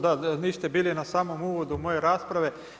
Da, niste bili na samom uvodu moje rasprave.